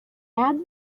add